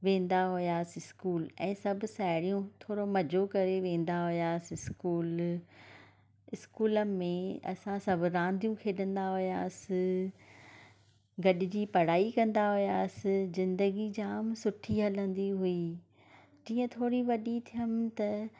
वेंदा हुआसीं स्कूल ऐं सभु साहेरियूं थोरो मज़ो करे वेंदा हुआसीं स्कूल स्कूल में असां सब रांदियूं खेॾंदा हुआसीं गॾिजी पढ़ाई कंदा हुआसीं जिंदगी जाम सुठी हलंदी हुई जीअं थोरी वॾी थियमि त